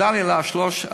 מודה בשלושה,